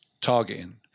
targeting